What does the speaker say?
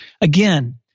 again